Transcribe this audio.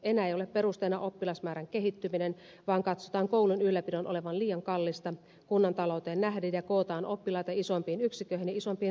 enää ei ole perusteena oppilasmäärän kehittyminen vaan katsotaan koulun ylläpidon olevan liian kallista kunnan talouteen nähden ja kootaan oppilaita isompiin yksiköihin ja isompiin ryhmiin